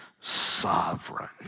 sovereign